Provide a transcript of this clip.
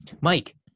Mike